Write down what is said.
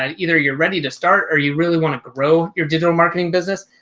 um either you're ready to start or you really want to grow your digital marketing business,